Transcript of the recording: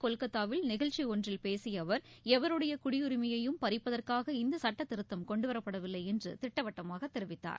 கொல்கத்தாவில் நிகழ்ச்சி ஒன்றில் பேசிய அவர் எவருடைய குடியுரிமையையும் இன்று பறிப்பதற்காக இந்த திருத்தச் சட்டம் கொண்டுவரப்படவில்லை என்று திட்டவட்டமாக தெரிவித்தார்